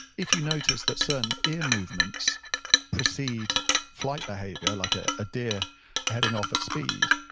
if you notice that certain ear movements precede flight behavior, like ah deer heading off at speed,